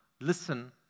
listen